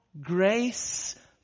grace